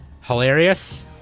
hilarious